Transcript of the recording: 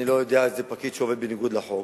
אני לא יודע על פקיד שעובד בניגוד לחוק.